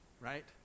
right